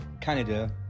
Canada